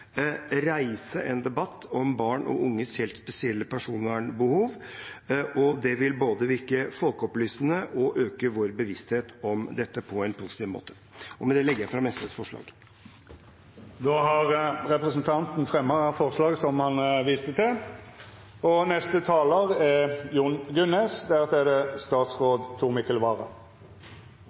reise en debatt om barn og unges helt spesielle personvernbehov, og det vil både virke folkeopplysende og øke vår bevissthet om dette på en positiv måte. Med det legger jeg fram SVs forslag. Representanten Petter Eide har teke opp det forslaget han refererte til. Samfunnet gjennomgår en rask teknologisk utvikling som i stor grad påvirker barn og unge. Derfor er det